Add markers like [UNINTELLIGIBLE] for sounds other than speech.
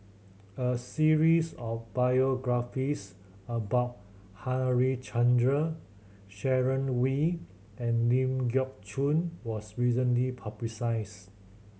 a series of biographies about Harichandra Sharon Wee and Ling Geok Choon was recently [UNINTELLIGIBLE]